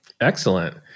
Excellent